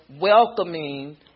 welcoming